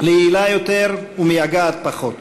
ליעילה יותר ומייגעת פחות.